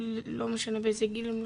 לא משנה באיזה גיל הם,